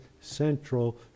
central